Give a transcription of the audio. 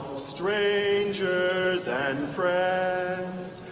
strangers and friends